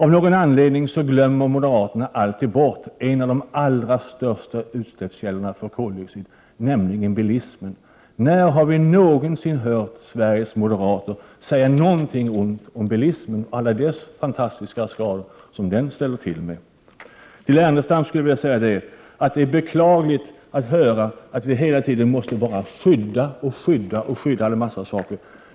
Av någon anledning glömmer moderaterna alltid bort en av de allra största källorna till utsläpp av koldioxid, nämligen bilismen. När har vi någonsin hört Sveriges moderater säga något ont om bilismen och alla skador den ställer till med? Till Lars Ernestam vill jag säga att det är beklagligt att höra att vi hela tiden måste skydda en massa saker.